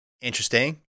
interesting